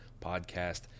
Podcast